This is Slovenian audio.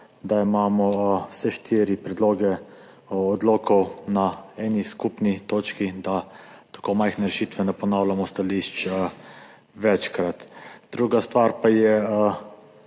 da imamo vse štiri predloge odlokov na eni skupni točki, da tako za majhne rešitve ne ponavljamo stališč večkrat. Druga stvar pa je,